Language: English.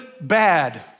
bad